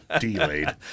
delayed